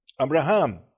Abraham